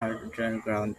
underground